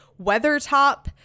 Weathertop